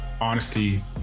honesty